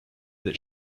that